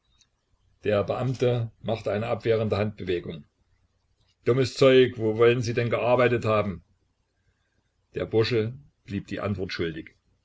der beamte machte eine abwehrende handbewegung dummes zeug wo wollen sie denn gearbeitet haben der bursche blieb die antwort schuldig